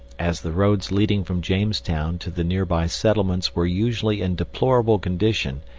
as the roads leading from jamestown to the nearby settlements were usually in deplorable condition,